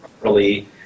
properly